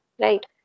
right